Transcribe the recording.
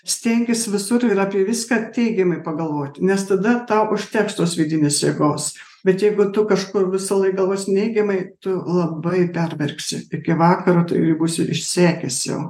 stenkis visur ir apie viską teigiamai pagalvoti nes tada tau užteks tos vidinės jėgos bet jeigu tu kažkur visąlaik galvos neigiamai tu labai pervargsi iki vakaro tu jau būsi išsekęs jau